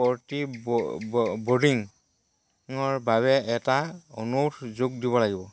পৰ্টি ব'ৰডিঙৰ বাবে এটা অনুৰোধ যোগ দিব লাগিব